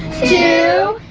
two,